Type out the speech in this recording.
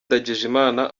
ndagijimana